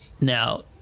Now